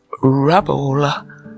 rubble